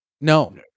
No